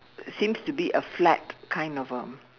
seems to be a flat kind of um